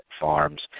Farms